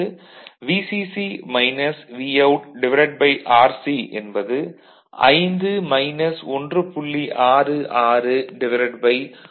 அதாவது VCC minus VoutRC என்பது 5 1